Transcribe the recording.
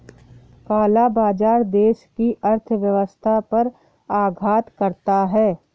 काला बाजार देश की अर्थव्यवस्था पर आघात करता है